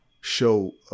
show